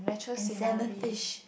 and salmon fish